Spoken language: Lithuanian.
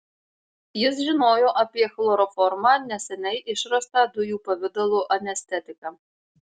jis žinojo apie chloroformą neseniai išrastą dujų pavidalo anestetiką